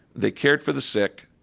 they cared for the sick.